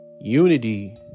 unity